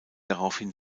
daraufhin